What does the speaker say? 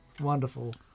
wonderful